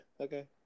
okay